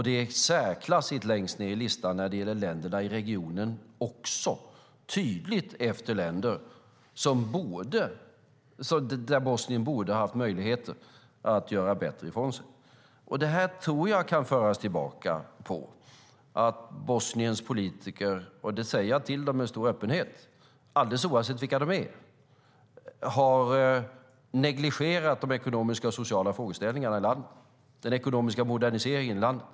Det är i särklass längst ned också när det gäller länderna i regionen - tydligt efter länder som Bosnien borde ha haft möjligheter att göra bättre ifrån i jämförelse med. Det här tror jag kan föras tillbaka på att Bosniens politiker - och det säger jag till dem med stor öppenhet, alldeles oavsett vilka de är - har negligerat de ekonomiska och sociala frågeställningarna och den ekonomiska moderniseringen i landet.